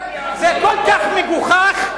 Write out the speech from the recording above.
זה כל כך מגוחך,